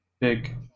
big